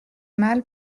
mal